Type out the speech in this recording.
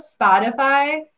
Spotify